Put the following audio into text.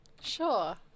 sure